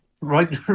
Right